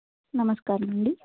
నమస్కారమండి